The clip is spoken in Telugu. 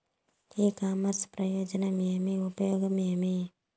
ఇ కామర్స్ ప్రయోజనం ఏమి? ఉపయోగం ఏమి?